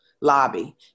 lobby